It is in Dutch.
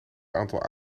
aantal